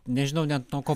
nežinau net nuo ko